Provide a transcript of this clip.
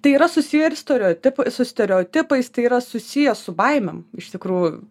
tai yra susiję ir steriotip su stereotipais tai yra susiję su baimėm iš tikrųjų